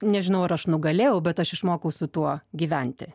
nežinau ar aš nugalėjau bet aš išmokau su tuo gyventi